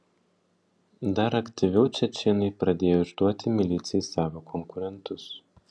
dar aktyviau čečėnai pradėjo išduoti milicijai savo konkurentus